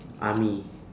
army